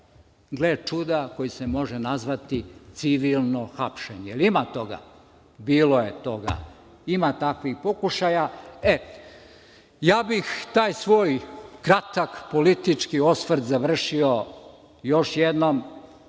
gle čuda, koji se može nazvati civilno hapšenje. Jel ima toga? Bilo je toga. Ima takvih pokušaja. Ja bih taj svoj kratak politički osvrt završio još jednom,